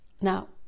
now